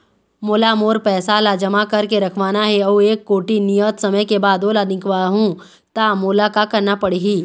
मोला मोर पैसा ला जमा करके रखवाना हे अऊ एक कोठी नियत समय के बाद ओला निकलवा हु ता मोला का करना पड़ही?